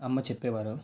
అమ్మ చెప్పేవారు